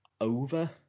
over